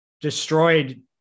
destroyed